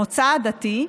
מוצא עדתי,